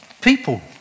people